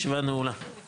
הישיבה ננעלה בשעה 12:04.